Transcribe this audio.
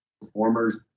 performers